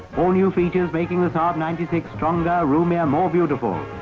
all new features making the saab ninety six stronger, roomier, more beautiful.